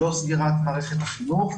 לא סגירת מערכת החינוך,